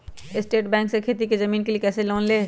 State bank से खेती की जमीन के लिए कैसे लोन ले?